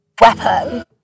weapon